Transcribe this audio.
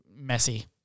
Messy